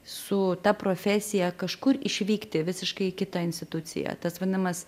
su ta profesija kažkur išvykti visiškai į kitą instituciją tas vadinamas